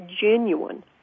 genuine